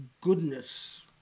goodness